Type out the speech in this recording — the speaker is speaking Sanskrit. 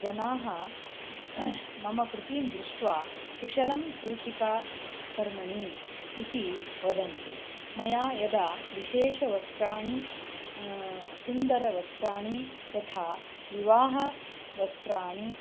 जनाः मम कृतीं दृष्ट्वा कुशलं सूचिका कर्मणि इति वदन्ति मया यदा विशेषवस्त्राणि सुन्दरवस्त्राणि यथा विवाहवस्त्राणि